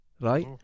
right